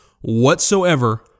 whatsoever